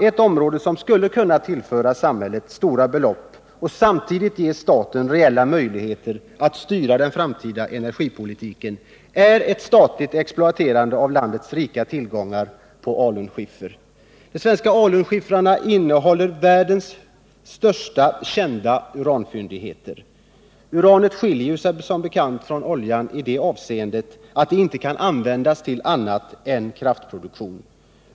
Ett område som skulle kunna tillföra samhället stora belopp och samtidigt ge staten reella möjligheter att styra den framtida energipolitiken är ett statligt exploaterande av landets rika tillgångar på alunskiffer. De svenska alunskiffrarna innehåller världens största kända uranfyndigheter. Uranet skiljer sig som bekant från oljan i det avseendet att det inte kan användas till annat än kraftproduktion.